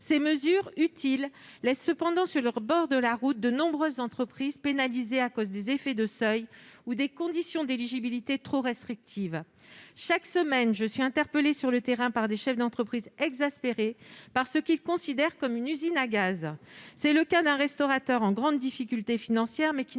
Ces mesures, utiles, laissent cependant sur le rebord de la route de nombreuses entreprises pénalisées à cause des effets de seuil ou des conditions d'éligibilité trop restrictives. Chaque semaine, je suis interpellée sur le terrain par des chefs d'entreprise exaspérés par ce qu'ils considèrent comme une usine à gaz. C'est le cas d'un restaurateur en grande difficulté financière, mais qui ne peut pas bénéficier